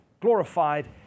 glorified